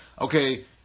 okay